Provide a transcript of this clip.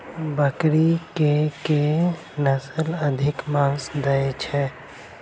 बकरी केँ के नस्ल अधिक मांस दैय छैय?